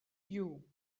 you